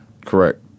Correct